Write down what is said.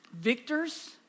victors